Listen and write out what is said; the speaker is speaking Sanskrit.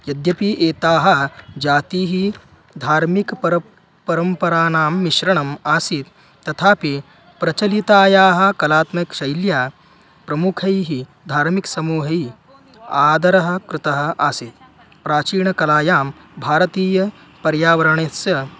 यद्यपि एताः जातिः धार्मिकपरं परम्पराणां मिश्रणम् आसीत् तथापि प्रचलितायाः कलात्मकशैल्या प्रमुखैः धार्मिकसमूहैः आधारः कृतः आसीत् प्राचीनकलायां भारतीय पर्यावरणस्य